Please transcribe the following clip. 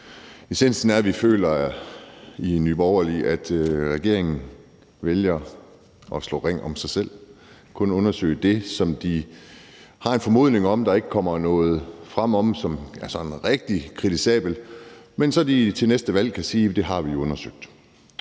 Essensen er, at vi i Nye Borgerlige føler, at regeringen vælger at slå ring om sig selv og kun undersøger det, hvor de har en formodning om, at der ikke kommer noget rigtig kritisabelt frem, så de til næste valg kan sige: Det har vi jo undersøgt.